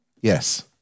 Yes